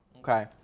Okay